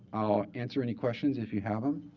i'll answer any questions if you have them.